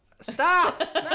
Stop